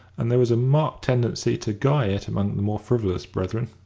and there was a marked tendency to guy it among the more frivolous brethren.